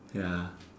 ya